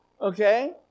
Okay